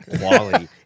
quality